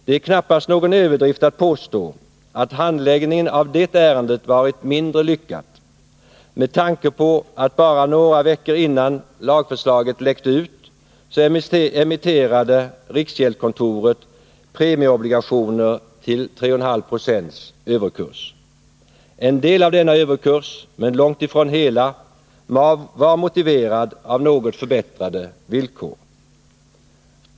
Det är knappast någon överdrift att påstå att handläggningen av det ärendet har varit mindre lyckad med tanke på att riksgäldskontoret bara några veckor innan lagförslaget läckte ut emitterade premieobligationer till 3 1/2 96 överkurs. En del av denna överkurs, men långt ifrån hela överkursen, var motiverad av något förbättrade villkor.